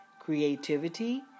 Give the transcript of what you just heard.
creativity